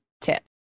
tip